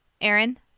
Aaron